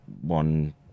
one